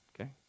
Okay